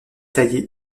taillé